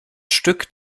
stück